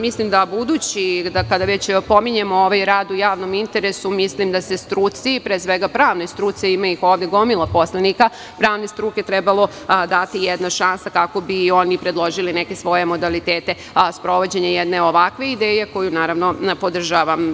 Mislim da kada već pominjemo ovaj rad u javnom interesu, mislim da se struci, pre svega pravnoj struci, a ima ih ovde gomila poslanika pravne struke, trebalo dati jedna šansa kako bi i oni predložili neke svoje modalitete sprovođenja jedne ovakve ideje koju, naravno, podržavam.